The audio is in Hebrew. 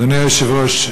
אדוני היושב-ראש,